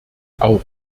auch